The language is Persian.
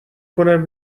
کنم